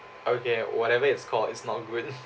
okay whatever it's called it's not good